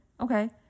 Okay